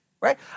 right